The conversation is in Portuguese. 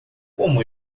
como